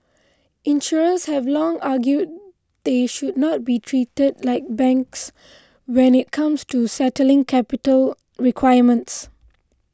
insurers have long argued they should not be treated like banks when it comes to settling capital requirements